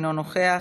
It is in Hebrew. אינו נוכח,